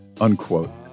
Unquote